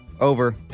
over